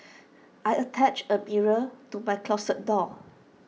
I attached A mirror to my closet door